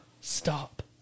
Stop